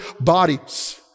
bodies